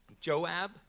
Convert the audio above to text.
Joab